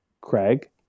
Craig